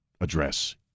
address